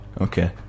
okay